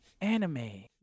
anime